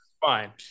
fine